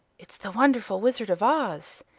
it's the wonderful wizard of oz.